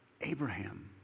Abraham